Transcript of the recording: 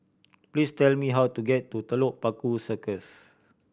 please tell me how to get to Telok Paku Circus